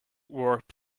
warp